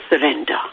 surrender